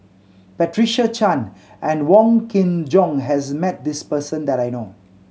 Patricia Chan and Wong Kin Jong has met this person that I know